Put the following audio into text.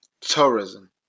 Tourism